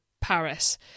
Paris